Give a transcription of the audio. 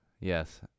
Yes